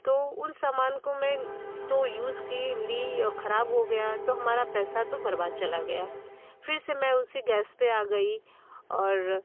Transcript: तो उस सामान को मैं तो यूज़ की ली और ख़राब हो गया तो हमारा पैसा तो बर्बाद चला गया फिर से मैं उसी गैस पर आ गई और